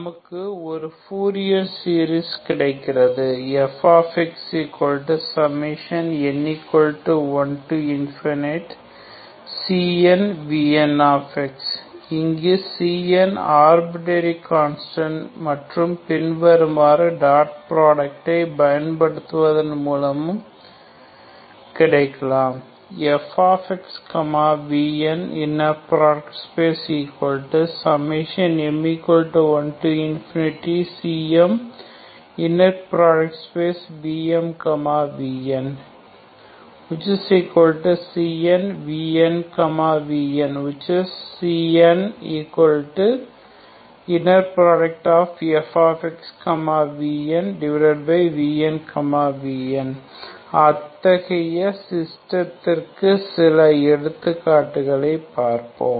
நமக்கு ஒரு Fourier series கிடைக்கிறது fxn1cnvn இங்கு cn's ஆர்பிர்டரி கான்ஸ்டன்ட் மற்றும் பின்வருமாறு டாட் புராடக்டை பயன்படுத்துவதன் மூலமும் கிடைக்கலாம் ⟨fx vn⟩ m1cm⟨vmvn⟩ cn⟨vnvn⟩ cn ⟨fx vn⟩⟨vnvn⟩ அத்தகைய சிஸ்டத்திற்கான சில எடுத்துக்காட்டுகளைப் பார்ப்போம்